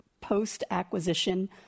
post-acquisition